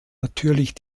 natürlich